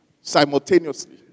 Simultaneously